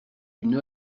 une